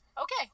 okay